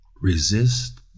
Resist